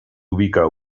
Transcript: ubica